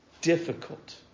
Difficult